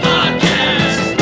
Podcast